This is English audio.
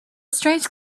strange